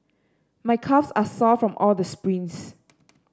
my calves are sore from all the sprints